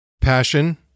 Passion